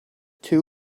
two